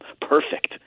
Perfect